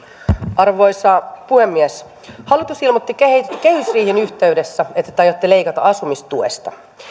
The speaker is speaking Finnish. arvoisa puhemies hallitus ilmoitti kehysriihen kehysriihen yhteydessä että te te aiotte leikata asumistuesta